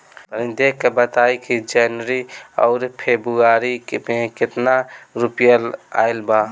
तनी देख के बताई कि जौनरी आउर फेबुयारी में कातना रुपिया आएल बा?